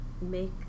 make